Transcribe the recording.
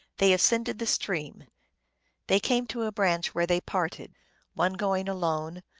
they ascended the stream they came to a branch, where they parted one going alone,